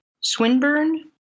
Swinburne